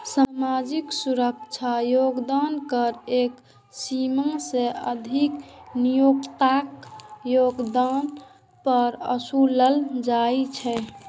सामाजिक सुरक्षा योगदान कर एक सीमा सं अधिक नियोक्ताक योगदान पर ओसूलल जाइ छै